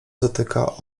zatyka